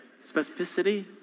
Specificity